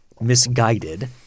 misguided